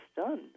stunned